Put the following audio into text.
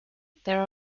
there